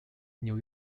new